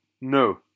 No